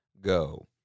go